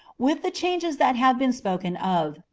with the changes that have been spoken of,